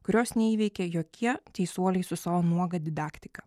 kurios neįveikė jokie teisuoliai su savo nuoga didaktika